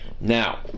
now